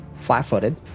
flat-footed